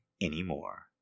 anymore